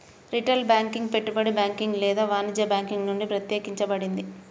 retail banking పెట్టుబడి banking లేదా వాణిజ్య బ్యాంకింగ్ నుండి ప్రత్యేకించబడింది